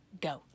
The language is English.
go